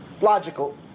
Logical